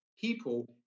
people